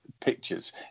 pictures